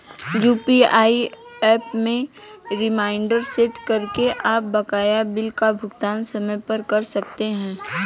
UPI app में reminder set करके आप बकाया बिल का भुगतान समय पर कर सकते हैं